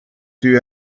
two